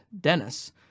Dennis